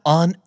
on